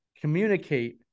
communicate